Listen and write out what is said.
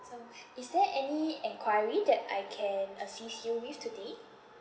so is there any enquiry that I can assist you with today